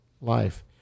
life